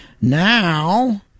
Now